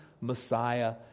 Messiah